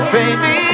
Baby